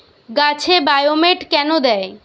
গাছে বায়োমেট কেন দেয়?